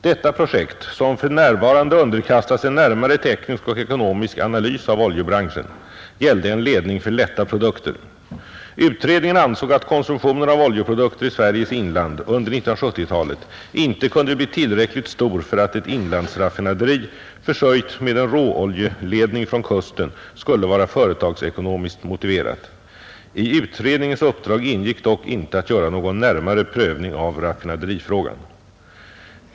Detta projekt — som för närvarande underkastas en närmare teknisk och ekonomisk analys av oljebranschen — gällde en ledning för lätta produkter. Utredningen ansåg att konsumtionen av oljeprodukter i Sveriges inland under 1970-talet inte kunde bli tillräckligt stor för att ett inlandsraffinaderi försörjt med en råoljeledning från kusten skulle vara företagsekonomiskt motiverat. I utredningens uppdrag ingick dock inte att göra någon närmare prövning av raffinaderifrågan.